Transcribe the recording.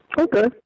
Okay